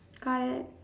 got it